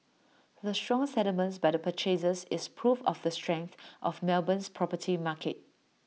the strong settlements by the purchasers is proof of the strength of Melbourne's property market